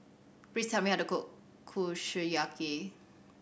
please tell me how to cook Kushiyaki